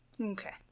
Okay